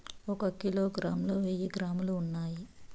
ఒక కిలోగ్రామ్ లో వెయ్యి గ్రాములు ఉన్నాయి